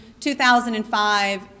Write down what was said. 2005